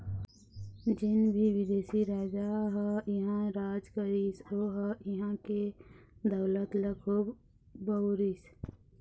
जेन भी बिदेशी राजा ह इहां राज करिस ओ ह इहां के दउलत ल खुब बउरिस